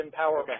empowerment